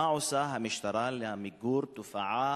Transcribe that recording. מה עושה המשטרה למיגור תופעה